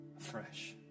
afresh